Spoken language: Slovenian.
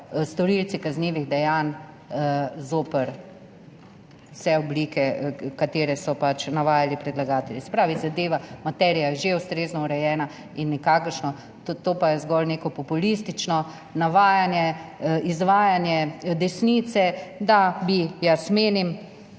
storilce kaznivih dejanj zoper vse oblike, katere so pač navajali predlagatelji. Se pravi, zadeva, materija je že ustrezno urejena in nikakršno … to pa je zgolj neko populistično navajanje, izvajanje desnice, da bi, jaz menim,